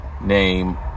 name